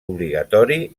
obligatori